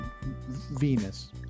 Venus